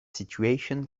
situation